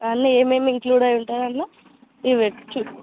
అందులో ఏమేమి ఇన్క్లూడ్ అయి ఉంటుంది అండ్ల ఇవే చూ